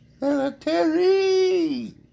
Military